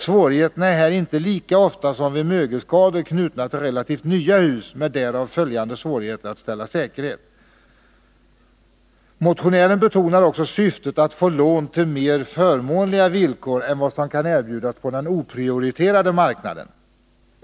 Svårigheterna är här inte lika ofta som vid mögelskador knutna till relativt nya hus med därav följande svårigheter att ställa säkerhet. Motionären betonar också syftet att få lån till mer förmånliga villkor än vad som kan erbjudas på den oprioriterade marknaden.